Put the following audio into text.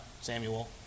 Samuel